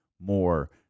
more